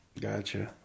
Gotcha